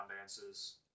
dances